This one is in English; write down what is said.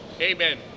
Amen